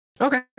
Okay